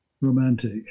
romantic